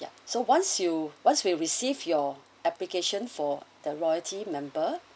yup so once you once we received your application for the loyalty member